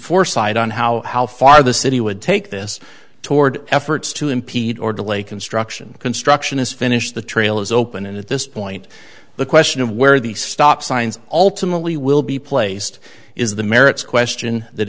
foresight on how how far the city would take this toward efforts to impede or delay construction construction is finished the trail is open and at this point the question of where the stop signs ultimately will be placed is the merits question that